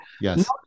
Yes